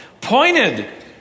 pointed